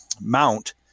mount